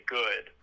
good